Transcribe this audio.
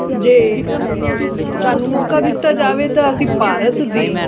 ਜੇ ਸਾਨੂੰ ਮੌਕਾ ਦਿੱਤਾ ਜਾਵੇ ਤਾਂ ਅਸੀਂ ਭਾਰਤ ਦੀ